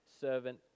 servant